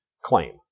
claim